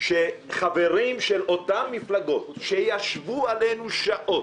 שחברים של אותן מפלגות שישבו עלינו שעות